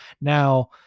Now